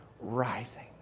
Rising